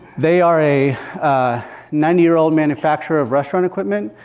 they are a ninety year old manufacturer of restaurant equipment.